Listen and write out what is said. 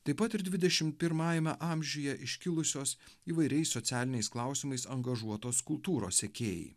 taip pat ir dvidešim pirmajame amžiuje iškilusios įvairiais socialiniais klausimais angažuotos kultūros sekėjai